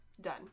Done